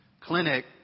clinic